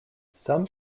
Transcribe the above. some